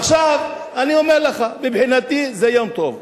עכשיו, אני אומר לך, מבחינתי זה יום טוב,